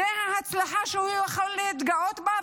זאת ההצלחה שהוא יכול להתגאות בה,